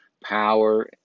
power